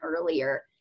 earlier